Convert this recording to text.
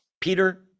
Peter